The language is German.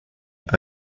auch